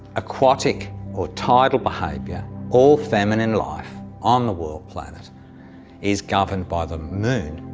aquatic or tidal behavior, all feminine life on the world planet is governed by the moon.